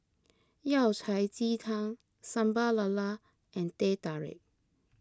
Yao Cai Ji Tang Sambal Lala and Teh Tarik